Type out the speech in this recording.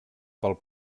pel